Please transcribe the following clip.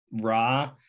raw